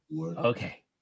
okay